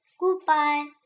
Goodbye